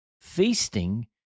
Feasting